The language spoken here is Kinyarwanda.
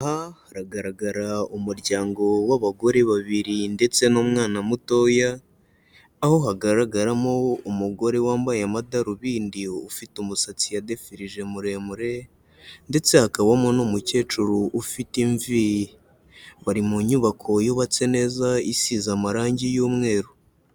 Aha haragaragara umuryango w'abagore babiri ndetse n'umwana mutoya, aho hagaragaramo umugore wambaye amadarubindi, ufite umusatsi yadefirije muremure, ndetse hakabamo n'umukecuru ufite imvi. Bari mu nyubako yubatse neza, isize amarangi y'umweru.